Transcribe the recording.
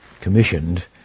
commissioned